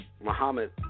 Muhammad